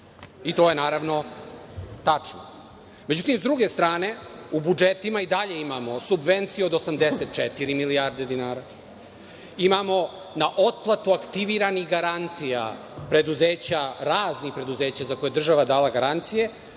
To je naravno tačno.Međutim, s druge strane, u budžetima i dalje imamo i subvencije od 84 milijarde dinara, imamo na otplatu aktiviranih garancija preduzeća, raznih preduzeća za koje je država dala garancije,